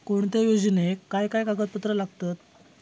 कोणत्याही योजनेक काय काय कागदपत्र लागतत?